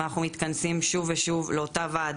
ואנחנו מתכנסים שוב ושוב לאותה ועדה,